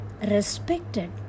respected